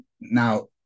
Now